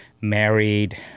married